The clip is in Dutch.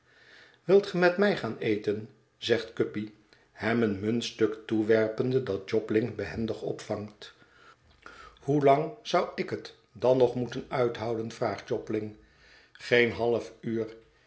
wilt ge met mij gaan eten zegt guppy hem het muntstuk toewerpende dat jobling behendig opvangt hoelang zou ik het dan nog moeten uithouden vraagt jobling geen half uur